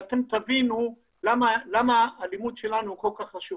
ותבינו למה הלימוד שלנו הוא כל כך חשוב,